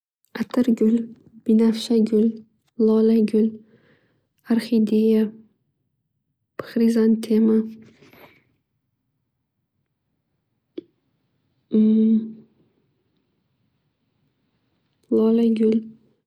Atirgul, binafsha gul, lolagul, arxideya, xrizantema, um, lolagul.